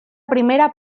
primera